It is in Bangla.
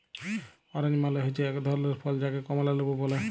অরেঞ্জ মালে হচ্যে এক ধরলের ফল যাকে কমলা লেবু ব্যলে